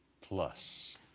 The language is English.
Plus